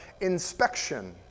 inspection